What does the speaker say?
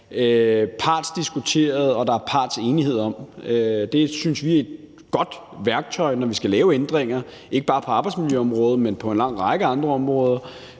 partsdiskuteret, og som der er partsenighed om. Det synes vi er et godt værktøj, når vi skal lave ændringer ikke bare på arbejdsmiljøområdet, men også på en lang række andre områder